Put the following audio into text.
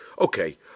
Okay